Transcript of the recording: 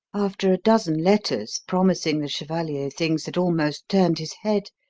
after a dozen letters promising the chevalier things that almost turned his head,